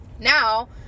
Now